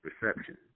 reception